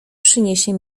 przyniesie